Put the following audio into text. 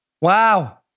wow